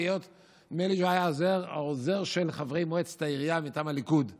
נדמה לי שהוא היה העוזר של חברי מועצת העירייה מטעם הליכוד אז,